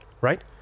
right